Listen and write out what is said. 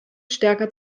stärker